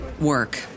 work